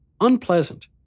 unpleasant